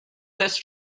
this